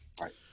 right